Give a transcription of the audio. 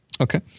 Okay